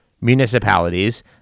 municipalities